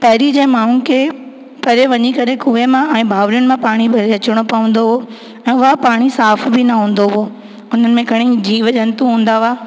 पहिरीं जे माण्हुनि खे परे वञी करे खूहु मां ऐं भाविरिनि मां पाणी भरे अचिणो पवंदो हुओ ऐं उहा पाणी साफ़ु बि न हूंदो हुओ हुन में घणेई जीव जंतू हूंदा हुआ